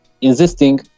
insisting